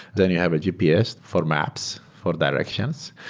then you have a gps for maps, for directions.